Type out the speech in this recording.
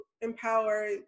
empower